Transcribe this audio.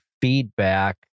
feedback